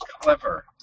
Clever